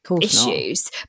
issues